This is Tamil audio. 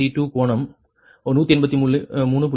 532 கோணம் 183